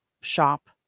shop